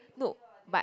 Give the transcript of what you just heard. nope but